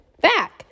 back